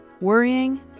worrying